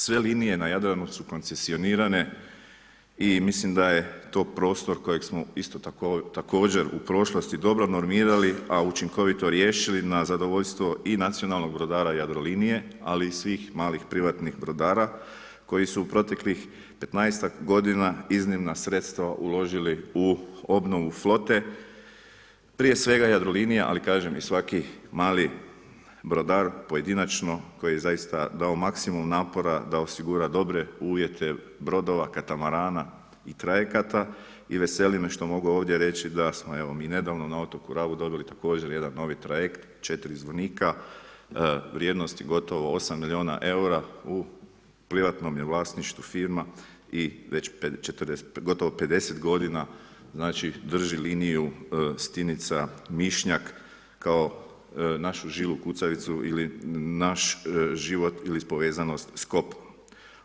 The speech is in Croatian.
Sve linije na Jadranu su koncesionirane i mislim da je to prostor kojeg smo isto također u prošlosti dobro normirali a učinkovito riješili na zadovoljstvo i nacionalnog brodara Jadrolinije ali i svih malih privatnih brodara koji su u proteklih petnaestak godina iznimna sredstva uložili u obnovu flote, prije svega Jadrolinija, ali kažem, i svaki mali brodar pojedinačno koji je zaista dao maksimum napora da osigura dobre uvjete brodova, katamarana i trajekata i veseli me što mogu ovdje reći da smo mi nedavno na otoku Rabu dobili također jedan novi trajekt „Četiri zvonika“ vrijednosti gotovo 8 milijuna eura, u privatnom je vlasništvu firma i već gotovo 50 godina drži liniju Stinica-Mišnjak kao našu žilu kucavicu ili naš život ili povezanost s kopnom.